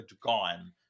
gone